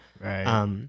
Right